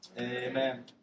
amen